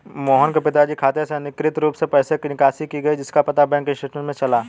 मोहन के पिताजी के खाते से अनधिकृत रूप से पैसे की निकासी की गई जिसका पता बैंक स्टेटमेंट्स से चला